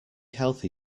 healthy